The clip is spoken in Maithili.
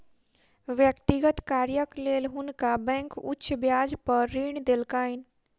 व्यक्तिगत कार्यक लेल हुनका बैंक उच्च ब्याज पर ऋण देलकैन